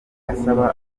asaba